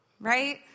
right